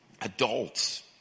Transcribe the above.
Adults